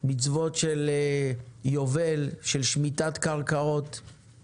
מצוות של יובל, של שמיטת קרקעות.